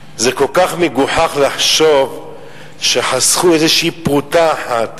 זה כל כך מגוחך לחשוב שחסכו איזו פרוטה אחת